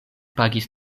pagis